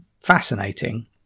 fascinating